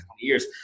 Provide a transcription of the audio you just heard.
years